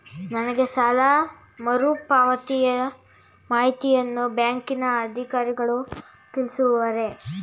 ನನಗೆ ಸಾಲ ಮರುಪಾವತಿಯ ಮಾಹಿತಿಯನ್ನು ಬ್ಯಾಂಕಿನ ಅಧಿಕಾರಿಗಳು ತಿಳಿಸುವರೇ?